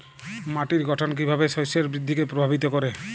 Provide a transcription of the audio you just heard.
মাটির গঠন কীভাবে শস্যের বৃদ্ধিকে প্রভাবিত করে?